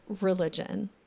religion